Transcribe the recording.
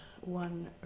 one